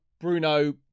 Bruno